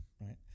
right